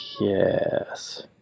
Yes